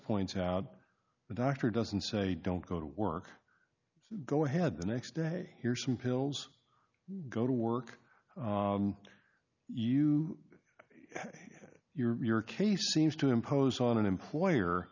points out the doctor doesn't say don't go to work go ahead the next day here's some pills go to work you your case seems to impose on an employer